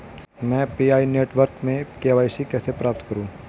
मैं Pi network में KYC कैसे प्राप्त करूँ?